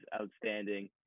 outstanding